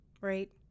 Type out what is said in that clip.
right